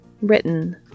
written